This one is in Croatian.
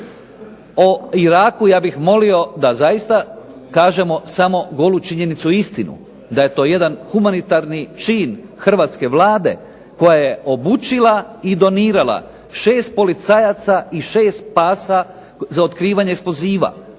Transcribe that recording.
O Iraku ja bih moli da zaista kažemo samo golu činjenicu i istinu. Da je to jedan humanitarni čin hrvatske Vlade koja je obučila i donirala 6 policajaca i 6 pasa za otkrivanje eksploziva.